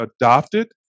adopted